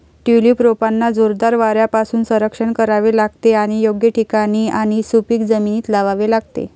tulip रोपांना जोरदार वाऱ्यापासून संरक्षण करावे लागते आणि योग्य ठिकाणी आणि सुपीक जमिनीत लावावे लागते